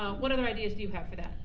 ah what other ideas do you have for that?